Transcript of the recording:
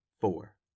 four